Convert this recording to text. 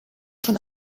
von